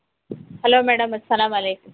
hello madam السلام علیکم